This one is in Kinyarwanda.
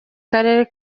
karere